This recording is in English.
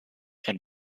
and